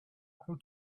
who